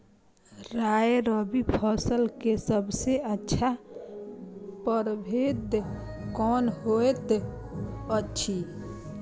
राय रबि फसल के सबसे अच्छा परभेद कोन होयत अछि?